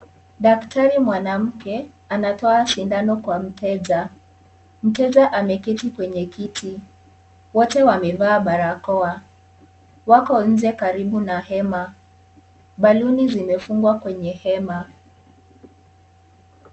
Daktari mwanamke anatoa sindano kwa mteja , mteja ameketi kwenye kiti ,wote wamevaa barakoa . Wako nje Karibu na hema, baluni zimefungwa Kwenye hema.